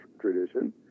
tradition